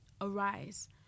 Arise